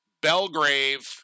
Belgrave